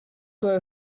grow